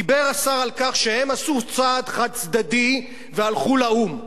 דיבר השר על כך שהם עשו צעד חד-צדדי והלכו לאו"ם.